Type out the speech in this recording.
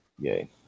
Yay